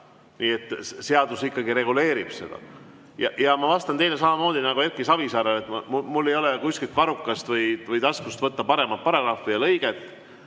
Nii et seadus ikkagi reguleerib seda. Ja ma vastan teile samamoodi nagu Erki Savisaarele, et mul ei ole kuskilt varrukast või taskust võtta paremat paragrahvi ega lõiget.